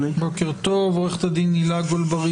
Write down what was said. עורכת הדין הילה גולברי